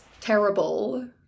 terrible